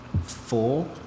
four